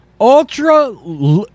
ultra